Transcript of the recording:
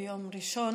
ביום ראשון